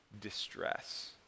distress